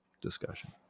Discussion